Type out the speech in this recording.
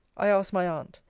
i asked my aunt,